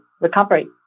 recovery